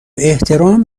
احترام